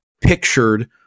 pictured